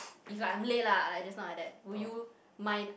if like I'm late lah like just now like that would you mind